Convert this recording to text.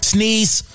Sneeze